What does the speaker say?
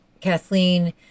Kathleen